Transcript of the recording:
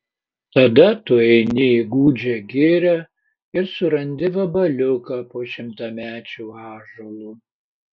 tada tu eini į gūdžią girią ir surandi vabaliuką po šimtamečiu ąžuolu